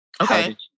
Okay